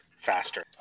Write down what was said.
faster